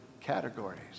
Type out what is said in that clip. categories